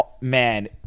man